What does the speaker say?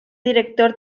director